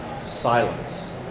silence